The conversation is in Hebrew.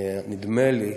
נדמה לי,